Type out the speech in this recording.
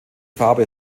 farbe